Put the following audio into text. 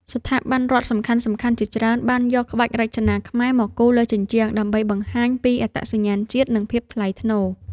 ស្ថាប័នរដ្ឋសំខាន់ៗជាច្រើនបានយកក្បាច់រចនាខ្មែរមកគូរលើជញ្ជាំង ដើម្បីបង្ហាញពីអត្តសញ្ញាណជាតិ និងភាពថ្លៃថ្នូរ។